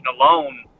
alone